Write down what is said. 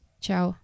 Ciao